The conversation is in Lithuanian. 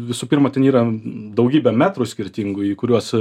visų pirma ten yra daugybė metrų skirtingų į kuriuos